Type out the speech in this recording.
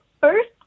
first